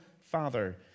Father